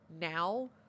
now